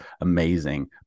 amazing